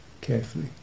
carefully